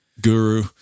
guru